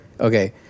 Okay